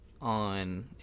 on